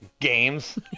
games